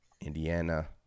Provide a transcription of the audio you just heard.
Indiana